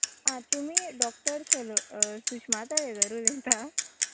आं तुमी डॉक्टर सलो सुश्मा तळेकर उलयता